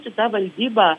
šita valdyba